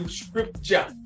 scripture